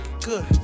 good